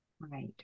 Right